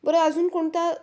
बरं अजून कोणता